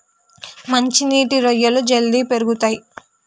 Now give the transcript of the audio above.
మంచి నీటి రొయ్యలు జల్దీ పెరుగుతయ్